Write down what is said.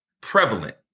prevalent